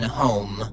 home